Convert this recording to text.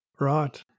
Right